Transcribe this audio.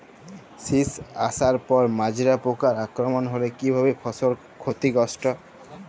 শীষ আসার পর মাজরা পোকার আক্রমণ হলে কী ভাবে ফসল ক্ষতিগ্রস্ত?